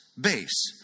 base